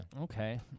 Okay